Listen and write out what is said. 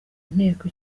inteko